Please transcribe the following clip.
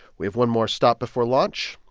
we have one more stop before launch.